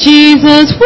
Jesus